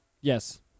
Yes